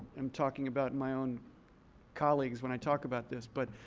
am talking about my own colleagues when i talk about this. but